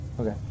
Okay